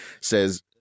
says